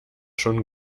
schon